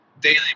daily